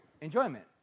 enjoyment